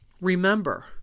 Remember